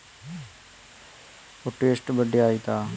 ಒಟ್ಟು ಎಷ್ಟು ಬಡ್ಡಿ ಆಯಿತು?